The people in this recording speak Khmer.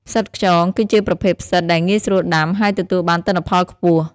ផ្សិតខ្យង គឺជាប្រភេទផ្សិតដែលងាយស្រួលដាំ ហើយទទួលបានទិន្នផលខ្ពស់។